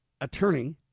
attorney